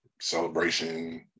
celebration